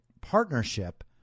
partnership